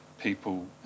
people